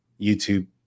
YouTube